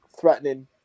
threatening